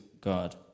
God